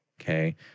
Okay